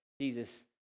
Jesus